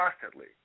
constantly